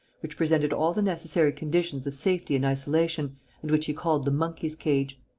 which presented all the necessary conditions of safety and isolation and which he called the monkey's cage.